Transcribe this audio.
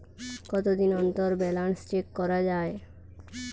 কতদিন অন্তর balance check করা য়ায়?